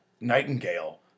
*Nightingale*